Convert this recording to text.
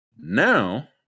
Now